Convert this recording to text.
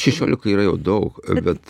šešiolika yra jau daug bet